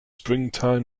springtime